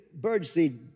birdseed